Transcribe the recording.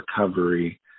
recovery